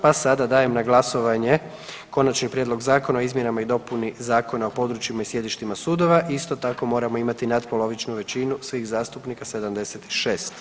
Pa sada dajem na glasovanje Konačni prijedlog Zakona o izmjenama i dopuni Zakona o područjima i sjedištima sudova i isto tako moramo imati natpolovičnu većinu svih zastupnika 76.